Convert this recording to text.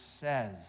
says